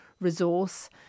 resource